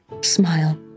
smile